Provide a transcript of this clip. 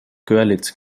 görlitz